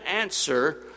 answer